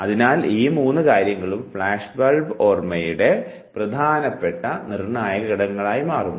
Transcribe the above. അതിനാൽ ഈ മൂന്ന് കാര്യങ്ങളും ഫ്ലാഷ് ബൾബ് ഓർമ്മയുടെയുടെ പ്രധാനപ്പെട്ട നിർണ്ണായകഘടകങ്ങളായി മാറുന്നു